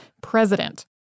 president